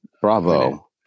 Bravo